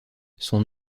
son